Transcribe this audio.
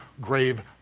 grave